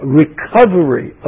recovery